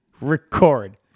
record